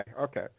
okay